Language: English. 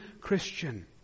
Christian